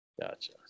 Gotcha